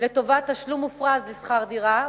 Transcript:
לטובת תשלום מופרז של שכר הדירה,